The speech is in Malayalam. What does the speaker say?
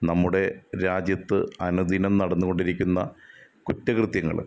നമ്മുടെ രാജ്യത്ത് അനുദിനം നടന്നുകൊണ്ടിരിക്കുന്ന കുറ്റകൃത്യങ്ങള്